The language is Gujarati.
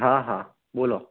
હા હા બોલો